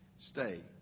stay